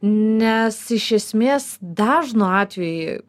nes iš esmės dažnu atveju